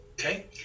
Okay